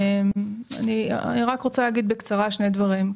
אני רוצה לומר בקצרה שני דברים.